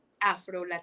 Afro